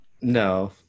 No